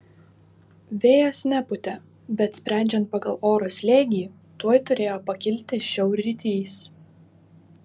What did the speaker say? vėjas nepūtė bet sprendžiant pagal oro slėgį tuoj turėjo pakilti šiaurrytys